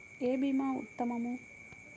ఏ భీమా ఉత్తమము?